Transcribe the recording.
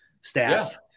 staff